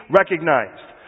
recognized